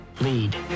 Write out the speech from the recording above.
Lead